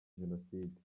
jenoside